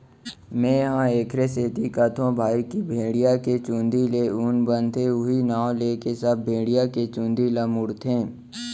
मेंहा एखरे सेती कथौं भई की भेड़िया के चुंदी ले ऊन बनथे उहीं नांव लेके सब भेड़िया के चुंदी ल मुड़थे